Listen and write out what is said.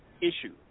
issue